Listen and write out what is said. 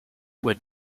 were